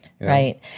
Right